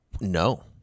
No